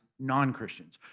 non-Christians